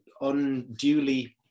Unduly